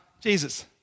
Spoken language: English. Jesus